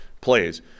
plays